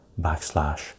backslash